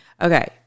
Okay